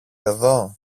εδώ